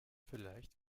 vielleicht